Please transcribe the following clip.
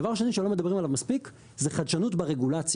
דבר שני שלא מדברים עליו מספיק זה חדשנות ברגולציה.